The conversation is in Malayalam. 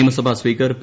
നിയസഭാ സ്പീക്കർ പി